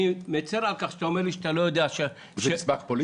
אני מצר על כך שאתה אומר לי שאתה לא יודע שהפנו --- זה מסמך פוליטי?